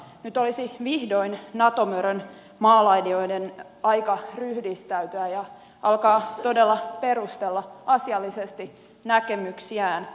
nyt olisi vihdoin nato mörön maalailijoiden aika ryhdistäytyä ja alkaa todella perustella asiallisesti näkemyksiään